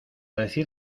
decir